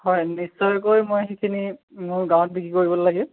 হয় নিশ্চয়কৈ মই সেইখিনি মোৰ গাঁৱত বিক্ৰী কৰিবলৈ লাগে